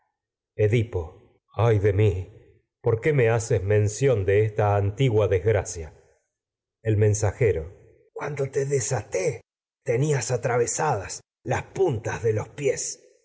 edipo esta ay de mi ppr qué me haces mención de antigua desgracia edipo rey el mensajero cuando te desaté tenías atravesa das las puntas de los pies